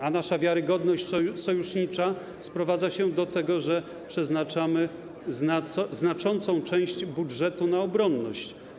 A nasza wiarygodność sojusznicza sprowadza się do tego, że przeznaczamy znaczącą część budżetu na obronność.